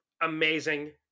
amazing